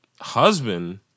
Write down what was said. husband